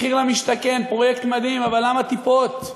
מחיר למשתכן, פרויקט מדהים, אבל למה טיפות?